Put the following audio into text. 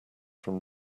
from